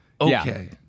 Okay